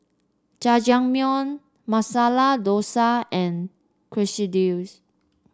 Jajangmyeon Masala Dosa and Quesadillas